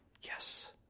Yes